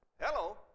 Hello